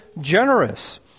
generous